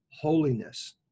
holiness